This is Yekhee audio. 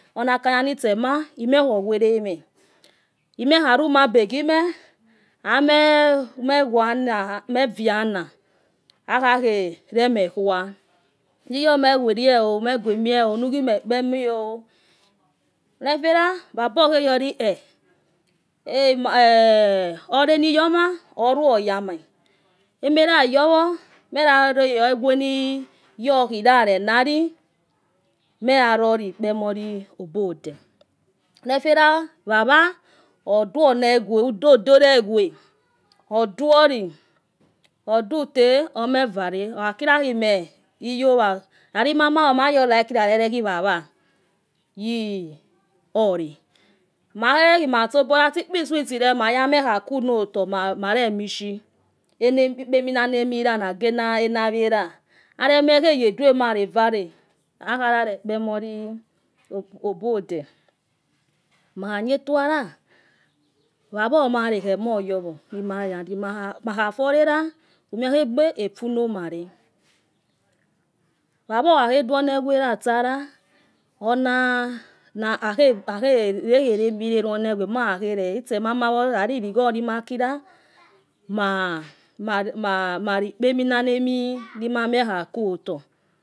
Ona kanya notsema imiekhagwerema. imiekha aru maobe guime. amekhuan. mouiana. nuguimokpemi. onefelababa. okuayoli ole. iyoma oruo ogame emalayowo. meyarue, egwe niyo lbronali moyaro kpomo. obodo. onefela baba oduo ne egwe. udodewe egwe uduoli uduta ome uare okhakilameuyowa. mamahor ma. yo like yare, rehe baba. yi ole. malemakha tsobola. itsi kpo sweet le magamie akuno otors maromishi eni ekpeminala mola lage enalela. alemieaya eduamale akharare kpemoli obode maladetoala baba omale omoyowo mahafurlela mame efunomare, baba okhakho dua gnoeguu la tsa la ona khebame lewene egwlali. ibokhomakila mahkpemonamini mamie akuoto.